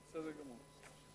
בסדר גמור.